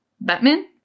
Batman